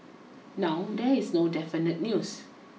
now there is no definite news